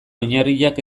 oinarriak